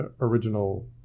original